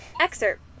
excerpt